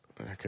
Okay